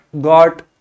got